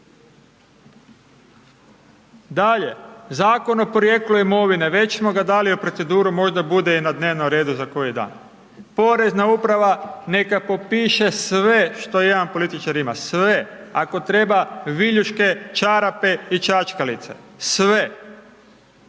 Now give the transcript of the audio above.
Dalje, Zakon o porijeklu imovine, već smo ga dali u proceduru, možda bude i na dnevnom redu za koji dan. Porezna uprava neka popiše sve što jedan političar ima. Sve, ako treba, viljuške, čarape i čačkalice. Sve.